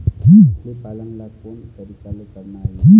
मछली पालन ला कोन तरीका ले करना ये?